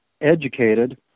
educated